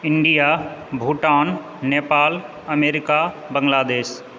India Bhutan Nepal America Bangladesh